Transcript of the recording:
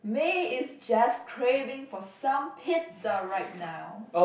me is just craving for some pizza right now